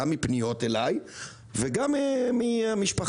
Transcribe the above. גם מפניות אליי וגם מהמשפחה,